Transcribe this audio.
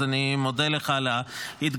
אז אני מודה לך על ההתגייסות,